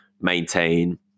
maintain